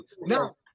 No